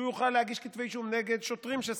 שהוא יוכל להגיש כתבי אישום נגד שוטרים שסרחו,